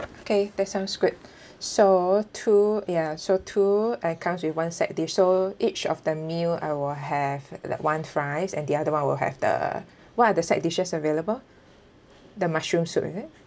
okay that sounds good so two ya so two and comes with one set side dish so each of the meal I will have like one fries and the other one will have the what are the side dishes available the mushroom soup is it